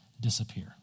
disappear